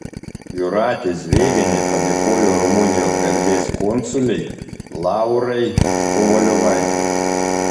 jūratė zvėgienė padėkojo rumunijos garbės konsulei laurai kovaliovaitei